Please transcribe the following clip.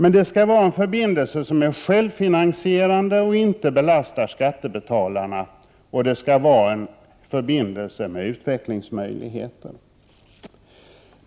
Men det skall vara en förbindelse som är självfinansierande och inte belastar skattebetalarna, och det skall vara en förbindelse med utvecklingsmöjligheter.